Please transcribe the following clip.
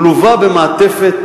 הוא לווה במעטפת,